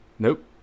Nope